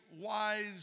wise